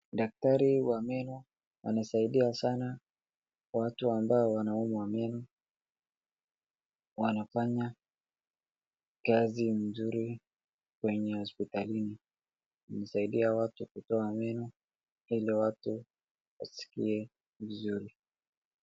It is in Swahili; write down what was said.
Daktari wa meno anasaidia sana watu ambao wanaumwa na meno. Wanafanya kazi mzuri kwenye hospitalini. Wanasaidia watu kutoa meno ili watu wasikie vizuri.